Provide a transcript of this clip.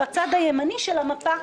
בצד הימני של המפה,